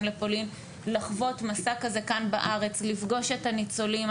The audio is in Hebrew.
לפולין לחוות מסע כזה כאן בארץ ולפגוש את הניצולים.